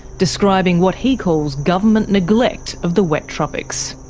describing what he calls government neglect of the wet tropics.